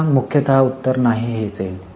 पुन्हा मुख्यतः उत्तर नाही हेच येईल